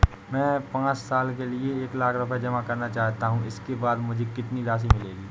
मैं पाँच साल के लिए एक लाख रूपए जमा करना चाहता हूँ इसके बाद मुझे कितनी राशि मिलेगी?